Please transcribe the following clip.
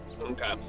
Okay